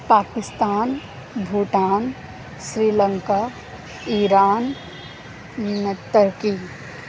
Pakistan Bhutan Sri Lanka Iran Turkey